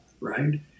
right